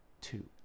two